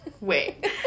Wait